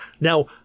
Now